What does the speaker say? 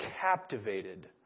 captivated